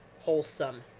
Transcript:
wholesome